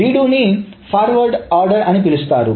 read ను forward order అని పిలుస్తారు